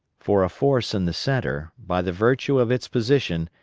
for a force in the centre, by the virtue of its position,